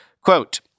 Quote